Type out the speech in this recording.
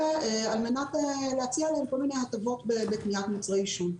ועל מנת להציע לכם כל מיני הטבות בקניית מוצרי עישון.